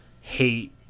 hate